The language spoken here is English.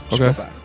Okay